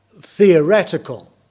theoretical